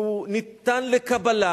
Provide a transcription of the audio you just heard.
הוא ניתן לקבלה,